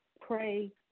pray